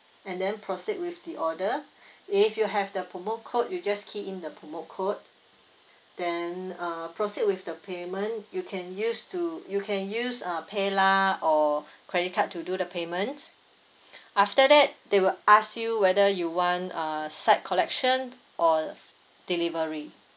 and then proceed with the order if you have the promote code you just key in the promote code then uh proceed with the payment you can use to you can use uh paylah or credit card to do the payment after that they will ask you whether you want uh site collection or delivery